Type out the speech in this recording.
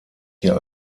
hier